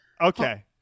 Okay